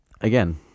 again